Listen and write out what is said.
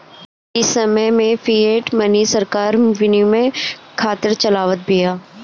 इ समय में फ़िएट मनी सरकार विनिमय खातिर चलावत बिया